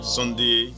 Sunday